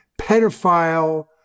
pedophile